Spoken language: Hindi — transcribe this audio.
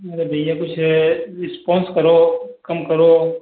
अरे भईया कुछ रिस्पांस करो कम करो